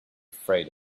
afraid